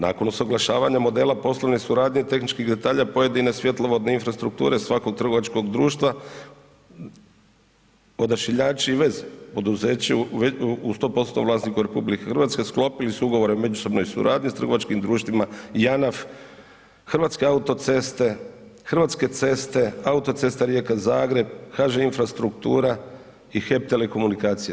Nakon usuglašavanja modela poslovne suradnje tehničkih detalja pojedine svjetlovodne infrastrukture svakog trgovačkog društva, odašiljači i veze, poduzeće u 100%-tnom vlasništvu RH sklopili su ugovore o međusobnoj suradnji s trgovačkim društvima JANAF, Hrvatske autoceste, Hrvatske ceste, Autocesta Rijeka-Zagreb, HŽ infrastruktura i HEP telekomunikacije.